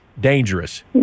Dangerous